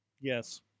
Yes